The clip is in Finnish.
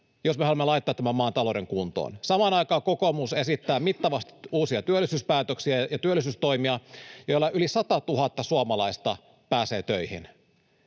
jos me haluamme laittaa tämän maan talouden kuntoon. Samaan aikaan kokoomus esittää mittavasti uusia työllisyyspäätöksiä ja työllisyystoimia, joilla yli 100 000 suomalaista pääsee töihin,